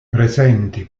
presenti